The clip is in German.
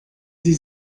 sie